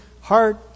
heart